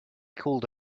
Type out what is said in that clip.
called